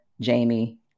Jamie